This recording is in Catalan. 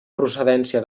procedència